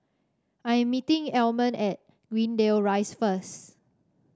I am meeting Almon at Greendale Rise first